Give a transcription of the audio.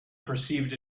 perceived